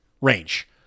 range